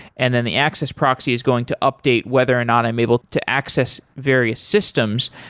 and then the access proxy is going to update whether or not i'm able to access various systems.